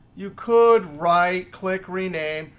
you could right click, rename.